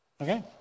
Okay